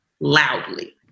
loudly